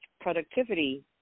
productivity